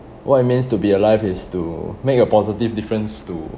what it means to be alive is to make a positive difference to